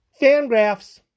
Fangraphs